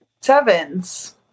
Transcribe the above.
Sevens